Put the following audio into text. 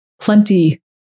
plenty